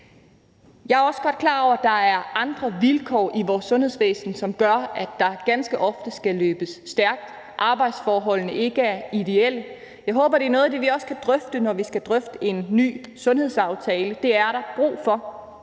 Jeg er også godt klar over, at der er andre vilkår i vores sundhedsvæsen, som gør, at der ganske ofte skal løbes stærkt, og at arbejdsforholdene ikke er ideelle. Jeg håber, det er noget af det, vi også kan drøfte, når vi skal drøfte en ny sundhedsaftale. Det er der brug for.